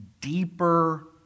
deeper